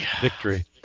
Victory